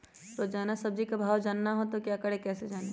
रोजाना सब्जी का भाव जानना हो तो क्या करें कैसे जाने?